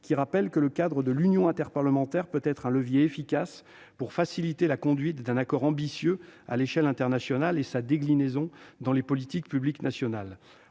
qui rappelle que le cadre de l'Union interparlementaire peut constituer un levier efficace pour « faciliter la conduite d'un accord ambitieux à l'échelle internationale et sa déclinaison dans les politiques publiques nationales.